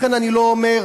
לכן אני לא אומר: